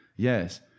Yes